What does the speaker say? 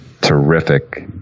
terrific